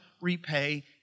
repay